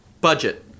budget